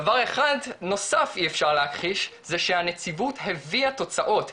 דבר אחד נוסף שאי אפשר להכחיש זה שהנציבות הביאה תוצאות,